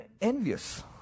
envious